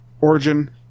Origin